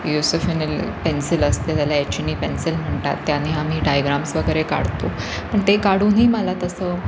युसोफिनील pencil असते त्याला एचणी पेन्सिल म्हणतात त्याने आम्ही डायग्राम्स वगैरे काढतो पण ते काढूनही मला तसं